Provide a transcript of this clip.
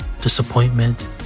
disappointment